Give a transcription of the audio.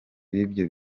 b’ibyo